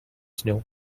snow